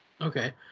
Okay